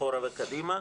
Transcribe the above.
אחורה וקדימה,